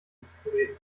mitzureden